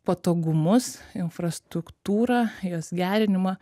patogumus infrastruktūrą jos gerinimą